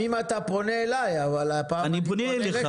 לפעמים אתה פונה אלי, אבל הפעם אני פונה אליך.